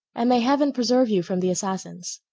and may heaven preserve you from the assassins.